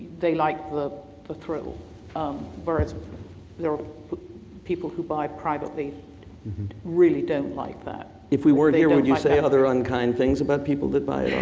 they like the the thrill um whereas people who buy privately really don't like that. if we weren't here would you say other unkind things about people that buy